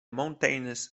mountainous